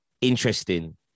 Interesting